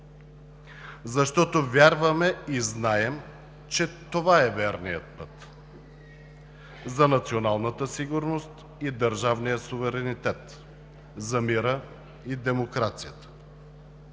защото вярваме и знаем, че това е верният път за националната сигурност и държавния суверенитет, за мира и демокрацията.